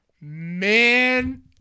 Man